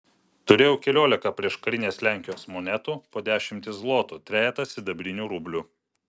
turėjau keliolika prieškarinės lenkijos monetų po dešimtį zlotų trejetą sidabrinių rublių